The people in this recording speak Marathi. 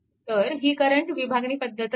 तर ही करंट विभागणी पद्धतच आहे